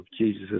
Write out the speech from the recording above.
Jesus